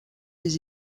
des